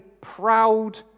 proud